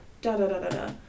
da-da-da-da-da